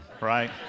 right